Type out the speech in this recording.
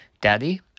daddy